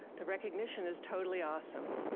the recognition is totally awesome.